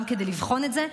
גם כדי לבחון את זה,